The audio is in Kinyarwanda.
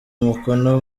umukono